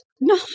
No